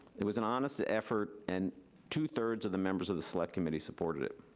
it was an honest effort, and two-thirds of the members of the select committee supported it.